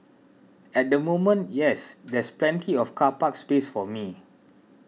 at the moment yes there's plenty of car park space for me